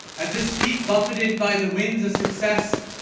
and this peak buffeted by the wings of success,